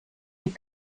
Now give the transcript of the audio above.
die